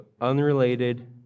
unrelated